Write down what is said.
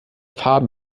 faden